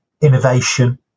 innovation